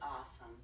awesome